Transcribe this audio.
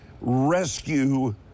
rescue